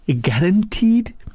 guaranteed